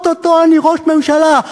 או-טו-טו אני ראש ממשלה,